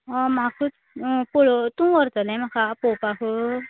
म्हा पळोवंक तूं व्हरतले म्हाका पळोवपाक